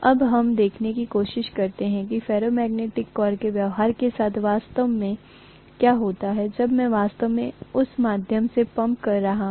अब हम यह देखने की कोशिश करते हैं कि फेरोमैग्नेटिक कोर के व्यवहार के साथ वास्तव में क्या होता है जब मैं वास्तव में उस माध्यम से पंप कर रहा हूं